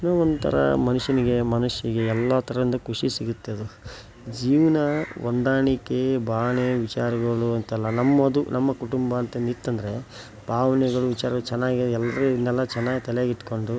ಏನೋ ಒಂಥರಾ ಮನುಷ್ಯನಿಗೆ ಮನಸಿಗೆ ಎಲ್ಲ ಥರದ್ದು ಖುಷಿ ಸಿಗುತ್ತದು ಜೀವನಾ ಹೊಂದಾಣಿಕೆ ಭಾವನೆ ವಿಚಾರಗಳು ಅಂತೆಲ್ಲ ನಮ್ಮದು ನಮ್ಮ ಕುಟುಂಬ ಅಂತೊಂದಿತ್ತಂದರೆ ಭಾವನೆಗಳು ವಿಚಾರಗಳು ಚೆನ್ನಾಗೆ ಎಲ್ಲರೂ ಇವನ್ನೆಲ್ಲಾ ಚೆನ್ನಾಗ್ ತಲೆಗಿಟ್ಕೊಂಡು